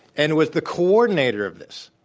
and was the coordinator of this